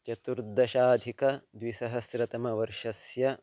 चतुर्दशाधिकद्विसहस्रतमवर्षस्य